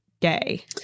gay